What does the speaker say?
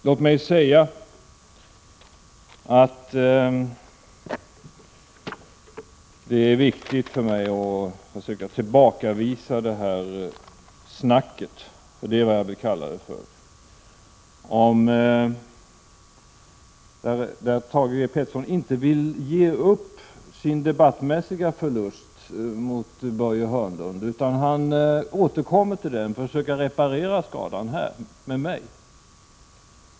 Låt mig säga att det är viktigt för mig att försöka tillbakavisa det här snacket — det är vad jag vill kalla det för — där Thage G. Peterson inte vill ge upp sin debattmässiga förlust mot Börje Hörnlund utan återkommer och försöker reparera skadan här i debatten med mig.